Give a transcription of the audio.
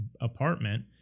apartment